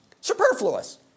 Superfluous